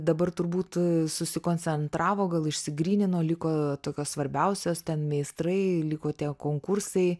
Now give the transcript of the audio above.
dabar turbūt susikoncentravo gal išsigrynino liko tokios svarbiausios ten meistrai liko tie konkursai